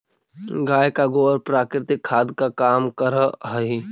गाय का गोबर प्राकृतिक खाद का काम करअ हई